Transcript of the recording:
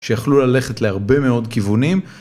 שיכלו ללכת להרבה מאוד כיוונים.